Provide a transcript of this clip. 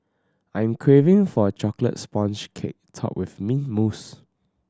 I am craving for a chocolate sponge cake topped with mint mousse